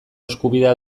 eskubidea